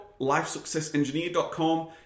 lifesuccessengineer.com